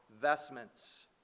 vestments